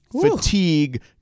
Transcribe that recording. fatigue